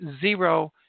zero